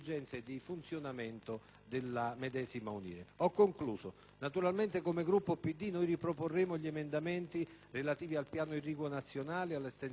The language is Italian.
della medesima UNIRE. Concludendo, naturalmente il Gruppo del PD riproporrà gli emendamenti relativi al Piano irriguo nazionale, all'estensione del credito di imposta